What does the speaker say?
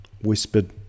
whispered